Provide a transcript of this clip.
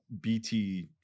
BT